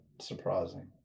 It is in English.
surprising